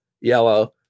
yellow